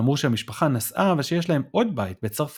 אמרו שהמשפחה נסעה ושיש להם עוד בית, בצרפת.